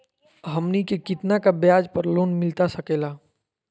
हमनी के कितना का ब्याज पर लोन मिलता सकेला?